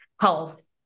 health